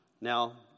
Now